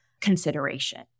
consideration